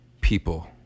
people